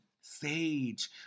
sage